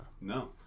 No